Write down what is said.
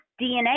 DNA